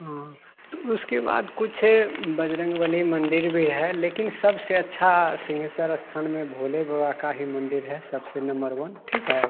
तो उसके बाद कुछ बजरंगबली मंदिर भी है लेकिन सबसे अच्छा सिंगेस्वर स्थान में भोले बाबा का ही मन्दिर है सबसे नंबर वन ठीक है